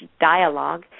dialogue